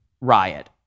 riot